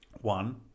One